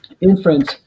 inference